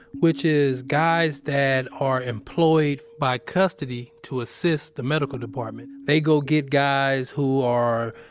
which is guys that are employed by custody to assist the medical department. they go get guys who are,